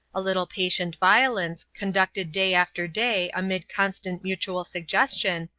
a little patient violence, conducted day after day amid constant mutual suggestion,